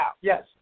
Yes